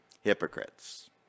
Hypocrites